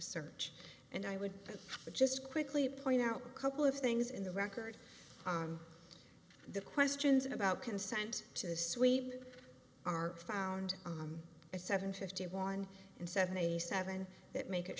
search and i would just quickly point out a couple of things in the record on the questions about consent to sweep are found on a seven fifty one and seventy seven that make it